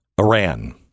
Iran